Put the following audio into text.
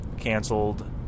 canceled